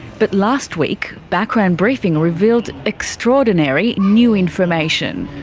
but last week background briefing revealed extraordinary new information.